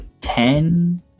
ten